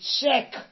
check